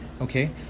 Okay